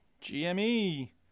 G-M-E